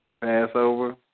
Passover